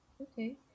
Okay